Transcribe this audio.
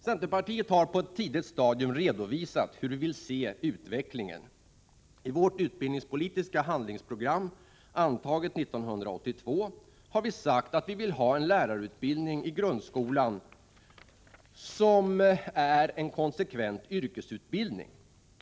Centerpartiet har på ett tidigt stadium redovisat hur vi vill se utvecklingen. I vårt utbildningspolitiska handlingsprogram, antaget 1982, har vi sagt att vi vill ha en lärarutbildning för grundskolan som är en konsekvent yrkesutbildning.